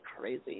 crazy